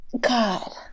god